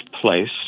place